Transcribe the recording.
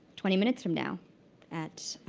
twenty minutes from now at